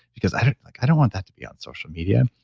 because i don't like i don't want that to be on social media.